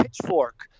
Pitchfork